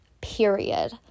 period